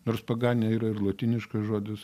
nors paganė yra ir lotyniškas žodis